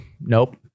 nope